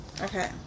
Okay